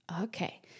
Okay